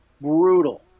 Brutal